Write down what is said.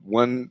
one